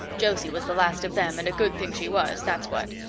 josie was the last of them, and a good thing she was, that's what.